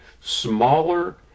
smaller